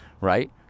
right